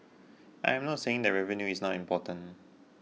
I am not saying that revenue is not important